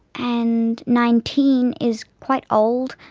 and nineteen is quite old,